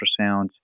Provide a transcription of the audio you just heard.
ultrasounds